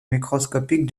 microscopique